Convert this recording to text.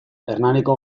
hernaniko